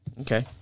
Okay